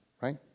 right